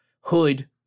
hood